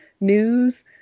news